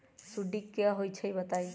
सुडी क होई छई बताई?